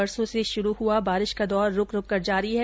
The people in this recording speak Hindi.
परसो से शुरू हुआ बारिश का दौर रूक रूक कर जारी है